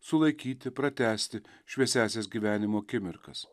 sulaikyti pratęsti šviesiąsias gyvenimo akimirkas